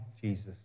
Jesus